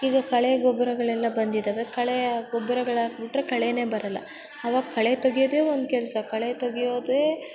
ಈಗ ಕಳೆ ಗೊಬ್ಬರಗಳೆಲ್ಲ ಬಂದಿದಾವೆ ಕಳೆ ಗೊಬ್ಬರಗಳಾಕಿ ಬಿಟ್ರೆ ಕಳೆಯೇ ಬರೋಲ್ಲ ಆವಾಗ ಕಳೆ ತೆಗೆಯೋದೆ ಒಂದು ಕೆಲಸ ಕಳೆ ತೆಗೆಯೋದೇ